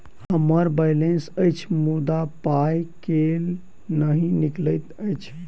हम्मर बैलेंस अछि मुदा पाई केल नहि निकलैत अछि?